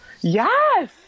Yes